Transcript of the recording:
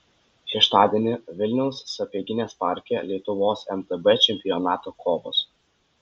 šeštadienį vilniaus sapieginės parke lietuvos mtb čempionato kovos